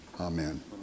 amen